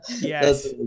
Yes